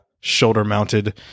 shoulder-mounted